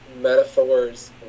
metaphors